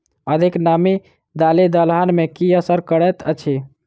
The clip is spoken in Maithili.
अधिक नामी दालि दलहन मे की असर करैत अछि?